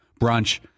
brunch